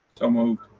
so moved.